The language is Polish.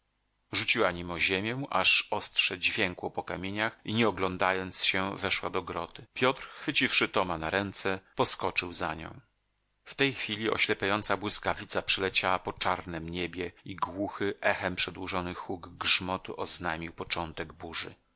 rzuciła nim o ziemię aż ostrze dźwiękło po kamieniach i nie oglądając się weszła do groty piotr chwyciwszy toma na ręce poskoczył za nią w tej chwili oślepiająca błyskawica przeleciała po czarnem niebie i głuchy echem przedłużony huk grzmotu oznajmił początek burzy